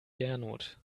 gernot